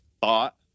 thought